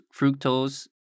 fructose